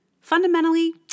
Fundamentally